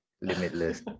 limitless